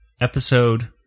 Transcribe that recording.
episode